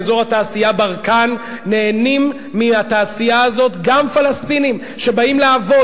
באזור התעשייה ברקן נהנים מן התעשייה הזאת גם פלסטינים שבאים לעבוד.